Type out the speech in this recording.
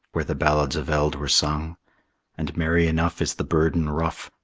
where the ballads of eld were sung and merry enough is the burden rough,